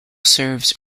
serves